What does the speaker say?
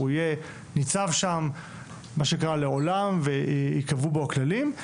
הוא יהיה ניצב שם מה שנקרא לעולם וייקבעו בו הכללים.